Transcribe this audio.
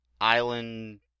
Island